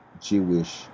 Jewish